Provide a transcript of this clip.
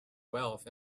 wealth